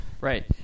Right